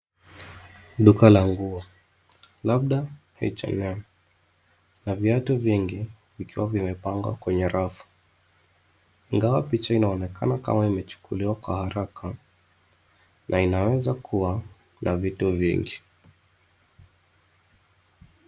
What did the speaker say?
Duka la nguo, labda H&M na viatu vingi vikiwa vimepangwa kwenye rafu. Ingawa picha inaonekana kama imechukuliwa kwa haraka na inaweza kuwa na vitu vingi.